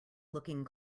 looking